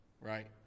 right